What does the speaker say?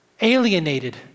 Alienated